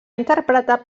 interpretar